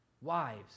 wives